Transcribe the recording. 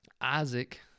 Isaac